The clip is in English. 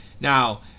Now